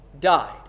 died